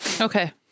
okay